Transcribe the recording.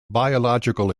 biological